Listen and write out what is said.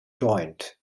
joint